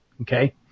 okay